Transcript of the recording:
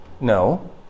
No